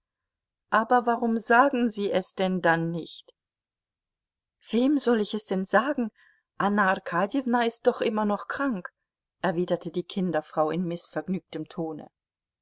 aber warum sagen sie es denn dann nicht wem soll ich es denn sagen anna arkadjewna ist doch immer noch krank erwiderte die kinderfrau in mißvergnügtem tone